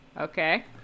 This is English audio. Okay